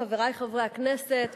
חברי חברי הכנסת,